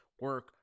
Work